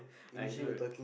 I know